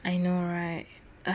I know right